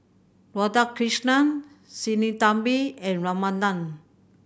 Radhakrishnan Sinnathamby and Ramanand